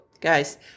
guys